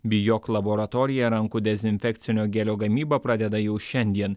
bijok laboratorija rankų dezinfekcinio gelio gamybą pradeda jau šiandien